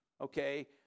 okay